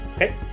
Okay